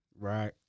Right